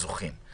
הזוכים,